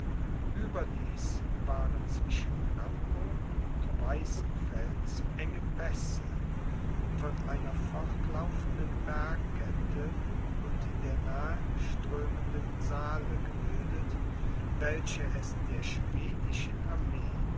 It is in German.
ueberdies waren zwischen kamburg und weißenfels enge pässe von einer fortlaufenden bergkette und der nahe strömenden saale gebildet welche es der schwedischen armee